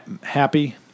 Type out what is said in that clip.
Happy